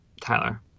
Tyler